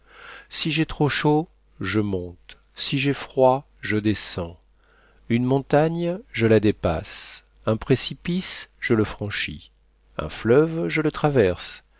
si j'ai trop chaud je monte si j'ai froid je descends une montagne je la dépasse un précipice je le franchis un fleuve je le traverse